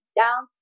down